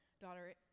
daughter